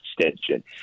extension